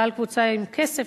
בעל קבוצה עם כסף,